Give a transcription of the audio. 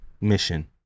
mission